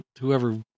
whoever